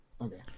Okay